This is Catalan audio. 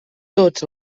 tots